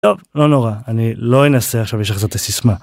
טוב, לא נורא. אני לא אנסה עכשיו לשחזר את סיסמה.